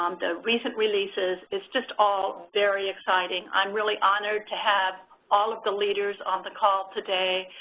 um the recent releases. it's just all very exciting. i'm really honored to have all of the leaders on the call today,